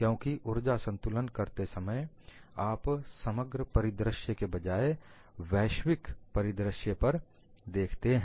क्योंकि ऊर्जा संतुलन करते समय आप समग्र परिदृश्य के बजाय वैश्विक परिदृश्य पर देखते हैं